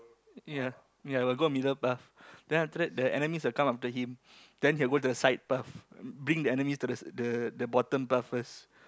ya ya we will go middle path then after that the enemies will come after him then he will go to the side path bring the enemies to the the bottom path first